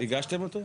נכון, הגשתם אותו?